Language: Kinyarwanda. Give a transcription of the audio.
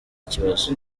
ikibazo